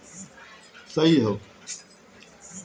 phone पे से भी पईसा भेजला के काम होला